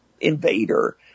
invader